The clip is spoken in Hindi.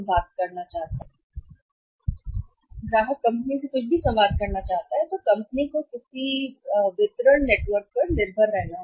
इसलिए जब ग्राहक कंपनी से कुछ भी संवाद करना चाहता है तो कंपनी को किसी पर या तो वितरण नेटवर्क पर निर्भर करें